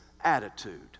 attitude